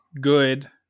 good